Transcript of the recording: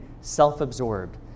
self-absorbed